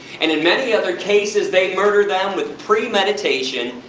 and in many other cases they murder them with premeditation,